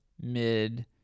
mid